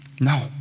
No